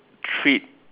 treat